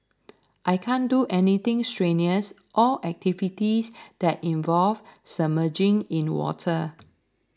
I can't do anything strenuous or activities that involve submerging in water